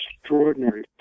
extraordinary